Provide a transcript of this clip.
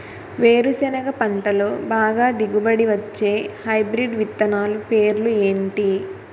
వేరుసెనగ పంటలో బాగా దిగుబడి వచ్చే హైబ్రిడ్ విత్తనాలు పేర్లు ఏంటి?